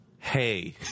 Hey